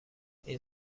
این